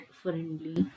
friendly